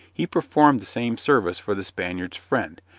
he performed the same service for the spaniard's friend,